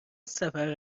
سفر